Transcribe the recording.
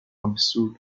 absurdo